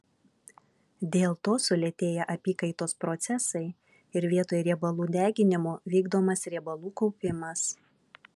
dėl to sulėtėja apykaitos procesai ir vietoj riebalų deginimo vykdomas riebalų kaupimas